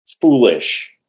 foolish